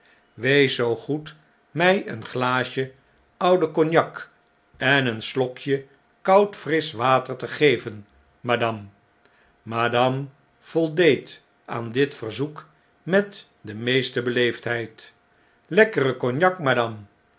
wees zoo goed m j een glaasje oude cognac eog meer breiweek en een slokje koud frisch water tegeven ma dame madame voldeed aan dit verzoekmet demeeste beleefdheid lekkere cognac madame